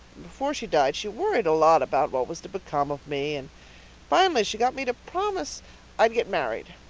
before she died she worried a lot about what was to become of me and finally she got me to promise i'd get married.